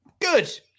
Good